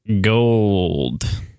Gold